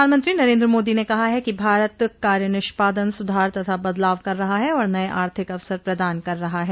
प्रधानमंत्री नरेंद्र मोदी ने कहा है कि भारत कार्य निष्पादन सुधार तथा बदलाव कर रहा है और नये आर्थिक अवसर प्रदान कर रहा है